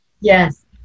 Yes